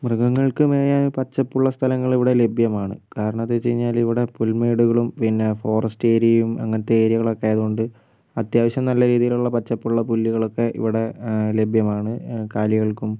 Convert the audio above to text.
മൃഗങ്ങൾക്ക് മേയാൻ പച്ചപ്പുള്ള സ്ഥലങ്ങൾ ഇവിടെ ലഭ്യമാണ് കാരണം എന്താണെന്ന് വച്ചു കയിഞ്ഞാൽ ഇവിടെ പുൽമേടുകളും പിന്നെ ഫോറസ്റ്റ് ഏരിയയും അങ്ങനത്തെ ഏരിയകളൊക്കെ ആയതുകൊണ്ട് അത്യാവശ്യം നല്ല രീതിയിലുള്ള പച്ചപ്പുള്ള പുല്ലുകളൊക്കെ ഇവിടെ ലഭ്യമാണ് കാലികൾക്കും